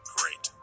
great